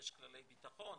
יש כללי ביטחון,